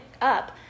up